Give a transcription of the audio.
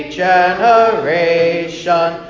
generation